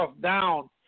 down